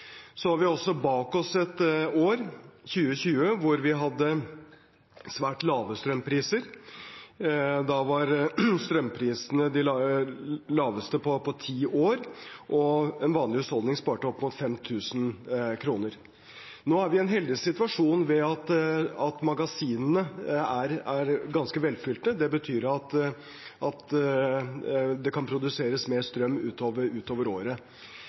Så har vi også bak oss et år, 2020, da vi hadde svært lave strømpriser. Da var strømprisene de laveste på ti år, og en vanlig husholdning sparte opp mot 5 000 kr. Nå er vi i den heldige situasjonen at magasinene er ganske velfylte. Det betyr at det kan produseres mer strøm utover året.